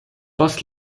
post